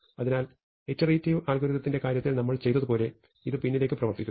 അതിനാൽ ഇറ്ററേറ്റിവ് അൽഗോരിതത്തിന്റെ കാര്യത്തിൽ നമ്മൾ ചെയ്തതുപോലെ ഇത് പിന്നിലേക്ക് പ്രവർത്തിക്കുന്നു